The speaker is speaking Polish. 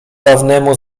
dawnemu